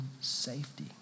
safety